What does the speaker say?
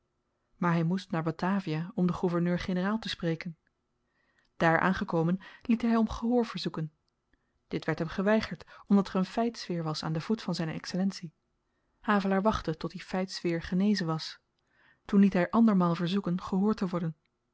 maar hy moest naar batavia om den gouverneur-generaal te spreken dààr aangekomen liet hy om gehoor verzoeken dit werd hem geweigerd omdat er een fytzweer was aan den voet van zyn excellentie havelaar wachtte tot die fytzweer genezen was toen liet hy andermaal verzoeken gehoord te worden